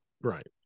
Right